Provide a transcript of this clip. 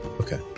Okay